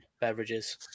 beverages